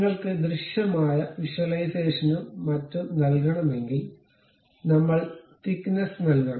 നിങ്ങൾക്ക് ദൃശ്യമായ വിഷ്വലൈസേഷനും മറ്റും നൽകണമെങ്കിൽ നമ്മൾ തിക്നെസ്സ് നൽകണം